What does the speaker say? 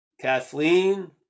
Kathleen